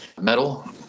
metal